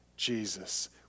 Jesus